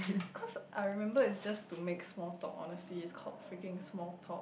cause I remember is just to make small talk honestly is cope freaking small talk